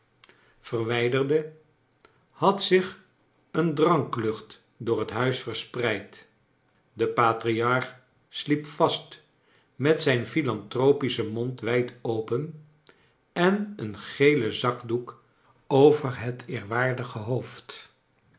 verwijderde had zich een dranklucht door het huis verspreid de patriarch sliep vast met zijn philantropischen mond wijd open en een gelen zakdoek over het eerwaardige hoofd